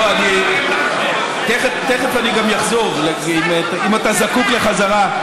לא, תכף אני גם אחזור, אם אתה זקוק לחזרה.